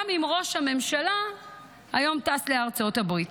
גם אם ראש הממשלה טס היום לארצות הברית.